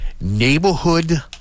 Neighborhood